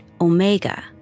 Omega